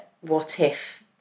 what-if